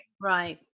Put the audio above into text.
Right